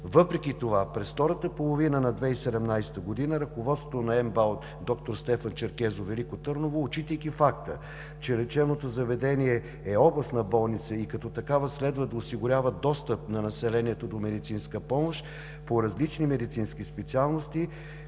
Въпреки това през втората половина на 2017 г. ръководството на МБАЛ „Д-р Стефан Черкезов“ – Велико Търново, отчитайки факта, че лечебното заведение е областна болница и като такава следва да осигурява достъп на населението до медицинска помощ по различни медицински специалности,